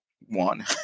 one